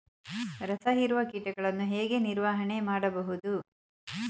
ರಸ ಹೀರುವ ಕೀಟಗಳನ್ನು ಹೇಗೆ ನಿರ್ವಹಣೆ ಮಾಡಬಹುದು?